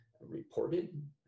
reported